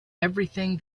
everything